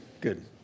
good